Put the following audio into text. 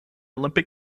olympic